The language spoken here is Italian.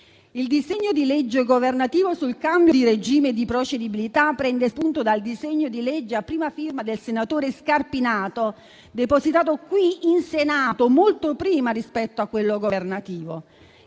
Il disegno di legge governativo sul cambio di regime di procedibilità prende spunto dal disegno di legge a prima firma del senatore Scarpinato, depositato qui in Senato molto prima rispetto a quello governativo,